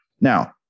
Now